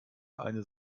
eine